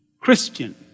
Christian